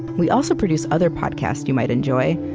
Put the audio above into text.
we also produce other podcasts you might enjoy,